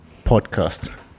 podcast